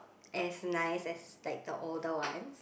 as nice as like the older one